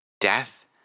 Death